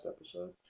episode